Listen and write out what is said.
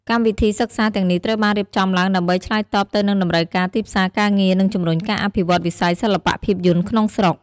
កម្មវិធីសិក្សាទាំងនេះត្រូវបានរៀបចំឡើងដើម្បីឆ្លើយតបទៅនឹងតម្រូវការទីផ្សារការងារ និងជំរុញការអភិវឌ្ឍវិស័យសិល្បៈភាពយន្តក្នុងស្រុក។